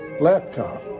laptop